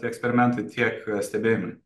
eksperimentai tiek stebėjimai